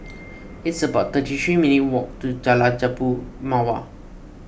It's about thirty three minutes'walk to Jalan Jambu Mawar